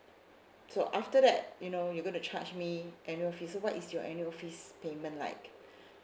so after that you know you gonna charge me annual fee so what is your annual fees payment like